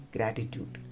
Gratitude